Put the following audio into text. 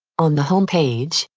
on the home page,